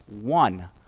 one